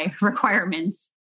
requirements